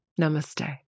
Namaste